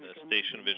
station.